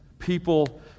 People